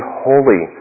holy